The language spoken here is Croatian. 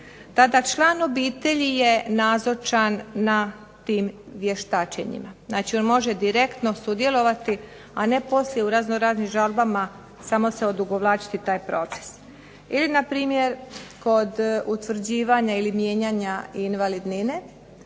član obitelji je nazočan na tim vještačenjima, znači on može direktno sudjelovati a ne poslije u razno-raznim žalbama samo se odugovlačiti taj proces. Ili npr. kod utvrđivanja ili mijenjanja invalidnine